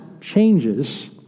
changes